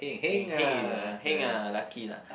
heng heng is uh heng ah is lucky lah